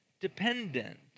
dependent